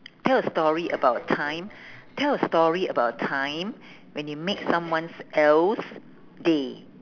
tell a story about a time tell a story about a time when you make someones else's day